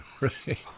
Right